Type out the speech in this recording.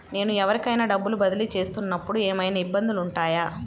నేను ఎవరికైనా డబ్బులు బదిలీ చేస్తునపుడు ఏమయినా ఇబ్బందులు వుంటాయా?